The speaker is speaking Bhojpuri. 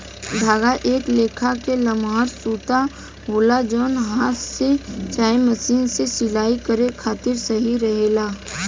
धागा एक लेखा के लमहर सूता होला जवन हाथ से चाहे मशीन से सिलाई करे खातिर सही रहेला